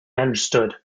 understood